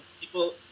people